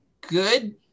good